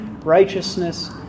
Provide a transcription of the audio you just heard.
righteousness